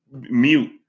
mute